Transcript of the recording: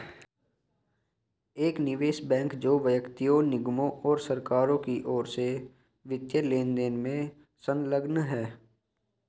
एक निवेश बैंक जो व्यक्तियों निगमों और सरकारों की ओर से वित्तीय लेनदेन में संलग्न है